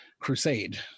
crusade